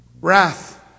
wrath